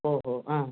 ஓஹோ ஆ